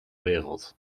wereld